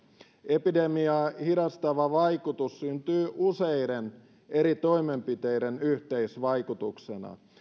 epidemiaa hidastava vaikutus syntyy useiden eri toimenpiteiden yhteisvaikutuksena